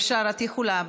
אפשר, את יכולה.